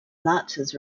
vlachs